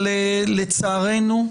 אבל לצערנו,